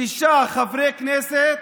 שישה חברי כנסת,